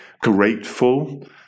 grateful